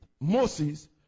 moses